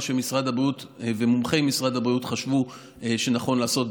שמשרד הבריאות ומומחי משרד הבריאות חשבו שנכון לעשות,